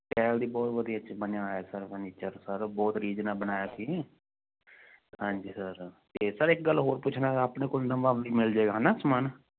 cell ਦੀ ਬਹੁਤ ਵਧੀਆ ਚ ਬਣਿਆ ਹੋਇਆ ਸਰ ਫਰਨੀਚਰ ਸਰ ਬਹੁਤ ਰੀਝ ਨਾਲ ਬਣਾਇਆ ਸੀ ਹਾਂਜੀ ਸਰ ਤੇ ਇੱਕ ਗੱਲ ਹੋਰ ਪੁੱਛਣਾ ਆਪਣੇ ਕੋਲ ਨਵਾਂ ਮਿਲ ਜਾਏਗਾ ਹੈਨਾ ਸਮਾਨ